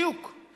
זה בדיוק העניין.